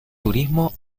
turismo